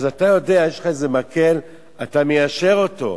אתה יודע, יש לך איזה מקל, אתה מיישר אותה,